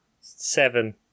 Seven